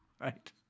right